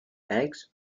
eggs